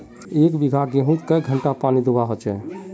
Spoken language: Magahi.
एक बिगहा गेँहूत कई घंटा पानी दुबा होचए?